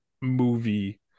movie